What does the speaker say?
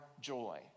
joy